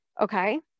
Okay